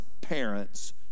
parents